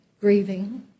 grieving